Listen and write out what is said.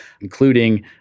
including